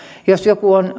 jos joku on